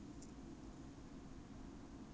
ya ya